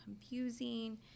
confusing